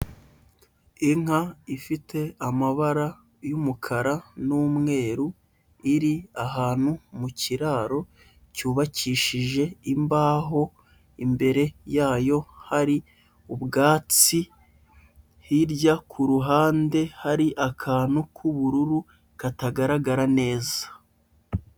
Inka ifite amabara y'umukara n'umweru, iri ahantu mu kiraro cyubakishije imbaho, imbere yayo hari ubwatsi, hirya ku ruhande hari akantu k'ubururu katagaragara neza.